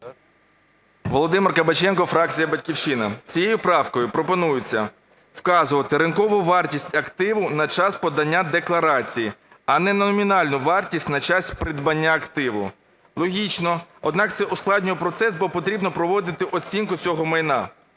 Володимир Кабаченко, фракція "Батьківщина". Цією правкою пропонується вказувати ринкову вартість активу на час подання декларації, а не номінальну вартість на час придбання активу. Логічно, однак це ускладнює процес, бо потрібно проводити оцінку цього майна.